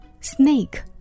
Snake